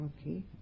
Okay